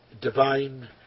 divine